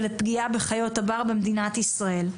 ולפגיעה בחיות הבר במדינת ישראל.